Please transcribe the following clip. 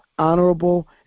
honorable